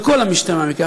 על כל המשתמע מכך.